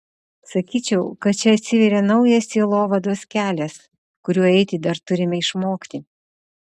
sakyčiau kad čia atsiveria naujas sielovados kelias kuriuo eiti dar turime išmokti